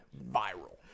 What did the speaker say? viral